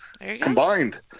combined